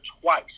twice